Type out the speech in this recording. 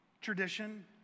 Tradition